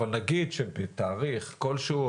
אבל נגיד שבתאריך כל שהוא,